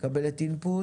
מקבלת אינפוט